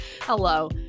Hello